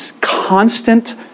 constant